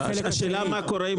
השאלה מה קורה אם